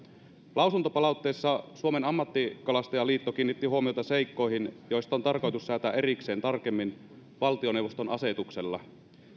lausuntopalautteessa suomen ammattikalastajaliitto kiinnitti huomiota seikkoihin joista on tarkoitus säätää erikseen tarkemmin valtioneuvoston asetuksella